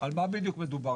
על מה בדיוק מדובר,